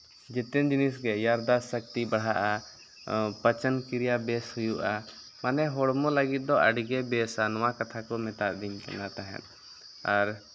ᱡᱮᱛᱮᱱ ᱡᱤᱱᱤᱥ ᱜᱮ ᱤᱭᱟᱫ ᱥᱚᱠᱛᱤ ᱵᱟᱲᱦᱟᱜᱼᱟ ᱯᱟᱪᱚᱱ ᱠᱨᱤᱭᱟ ᱵᱮᱥ ᱦᱩᱭᱩᱜᱼᱟ ᱢᱟᱱᱮ ᱦᱚᱲᱢᱚ ᱞᱟᱹᱜᱤᱫ ᱟᱹᱰᱤ ᱜᱮ ᱵᱮᱥᱟ ᱱᱚᱣᱟ ᱠᱟᱛᱷᱟ ᱠᱚ ᱢᱮᱛᱟ ᱫᱤᱧ ᱠᱟᱱᱟ ᱛᱟᱦᱮᱸᱫ ᱟᱨ